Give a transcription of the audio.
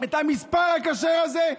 את המספר הכשר הזה,